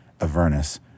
Avernus